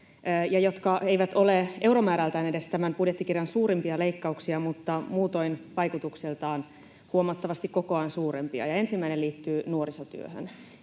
jotka eivät ole euromäärältään edes tämän budjettikirjan suurimpia leikkauksia mutta muutoin vaikutuksiltaan huomattavasti kokoaan suurempia. Ensimmäinen liittyy nuorisotyöhön